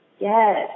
Yes